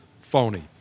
phony